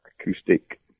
acoustic